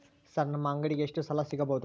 Sir ನಮ್ಮ ಅಂಗಡಿಗೆ ಎಷ್ಟು ಸಾಲ ಸಿಗಬಹುದು?